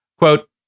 Quote